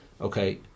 Okay